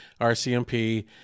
RCMP